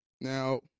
Now